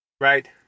Right